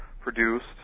produced